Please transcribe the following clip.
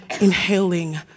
inhaling